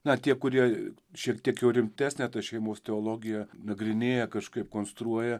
na tie kurie šiek tiek rimtesnę tą šeimos teologiją nagrinėja kažkaip konstruoja